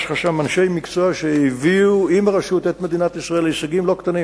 יש שם אנשי מקצוע שהביאו עם הרשות את מדינת ישראל להישגים לא קטנים,